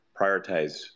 prioritize